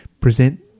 present